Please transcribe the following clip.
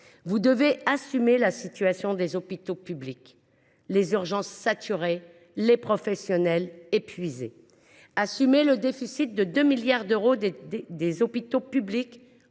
vous devez assumer la situation des hôpitaux publics, les urgences saturées, les professionnels épuisés. Assumez le déficit de 2 milliards d’euros des hôpitaux publics